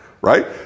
right